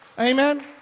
amen